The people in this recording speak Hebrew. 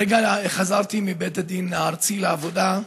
הרגע חזרתי מבית הדין הארצי לעבודה.